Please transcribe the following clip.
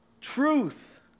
truth